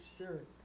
Spirit